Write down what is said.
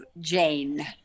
Jane